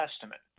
Testament